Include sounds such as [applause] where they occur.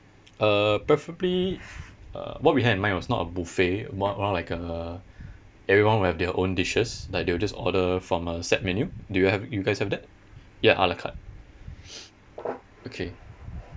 uh preferably uh what we had in mind was not a buffet more more like a everyone will have their own dishes like they will just order from a set menu do you have you guys have that ya a la carte [noise] okay